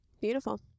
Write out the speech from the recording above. Beautiful